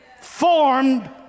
formed